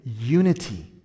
unity